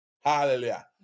Hallelujah